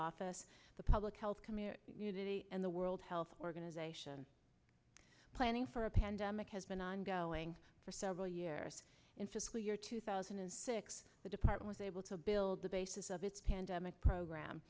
office the public health community and the world health organization planning for a pandemic has been ongoing for several years in fiscal year two thousand and six the department able to build the basis of its pandemic program